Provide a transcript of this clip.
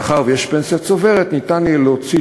מאחר שיש פנסיה צוברת ניתן יהיה להוציא